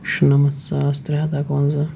شُنَمَتھ ساس ترٛےٚ ہَتھ اَکہٕ وَنٛزاہ